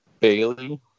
Bailey